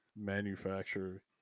manufacture